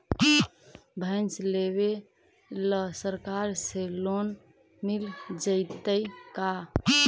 भैंस लेबे ल सरकार से लोन मिल जइतै का?